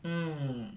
mm